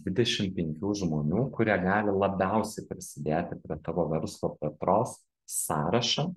dvidešim penkių žmonių kurie gali labiausiai prisidėti prie tavo verslo plėtros sąrašą